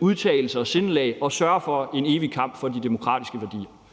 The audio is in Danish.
udtalelser og sindelag, og sørge for en evig kamp for de demokratiske værdier.